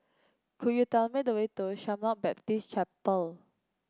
could you tell me the way to Shalom Baptist Chapel